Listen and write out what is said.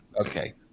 okay